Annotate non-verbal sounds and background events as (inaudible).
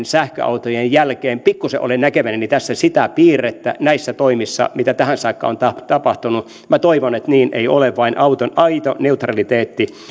(unintelligible) sähköautojen jälkeen pikkuisen olen näkevinäni sitä piirrettä näissä toimissa mitä tähän saakka on tapahtunut minä toivon että niin ei ole vaan aito neutraliteetti